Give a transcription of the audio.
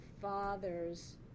fathers